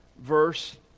verse